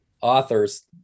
authors